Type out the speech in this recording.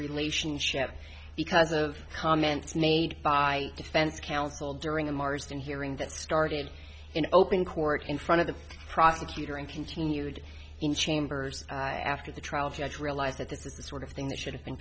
relationship because of comments made by defense counsel during the mars and hearing that started in open court in front of the prosecutor and continued in chambers after the trial judge realized that this is the sort of thing that should have been